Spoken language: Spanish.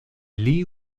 lee